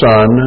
Son